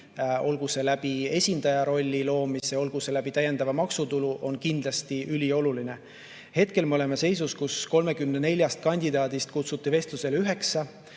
olgu see läbi esindaja rolli loomise või täiendava maksutulu – on kindlasti ülioluline. Hetkel me oleme seisus, kus 34 kandidaadist kutsuti vestlusele 9,